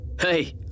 Hey